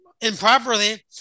improperly